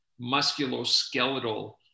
musculoskeletal